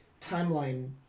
timeline